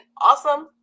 awesome